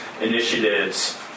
initiatives